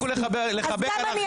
בדיוק, גם את